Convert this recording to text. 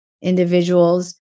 individuals